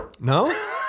No